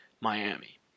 Miami